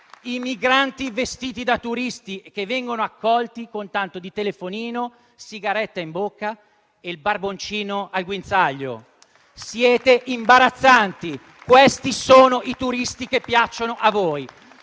i migranti vestiti da turisti - che vengono accolti, con tanto di telefonino, sigaretta in bocca e il barboncino al guinzaglio. Siete imbarazzanti, questi sono i turisti che piacciono a voi.